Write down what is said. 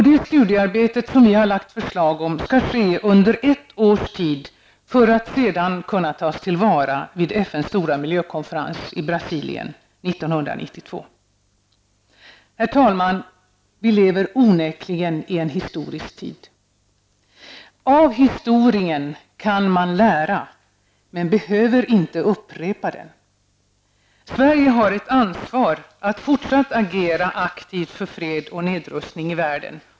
Det studiearbetet som vi föreslagit skall ske under ett års tid för att kunna tas till vara vid FNs stora miljökonferens i Brasilien 1992. Herr talman! Vi lever onekligen i en historisk tid. Av historien kan man lära, men man behöver inte upprepa den. Sverige har ett ansvar att fortsätta att agera aktivt för fred och nedrustning i världen.